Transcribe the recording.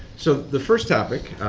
so the first topic,